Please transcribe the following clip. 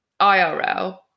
IRL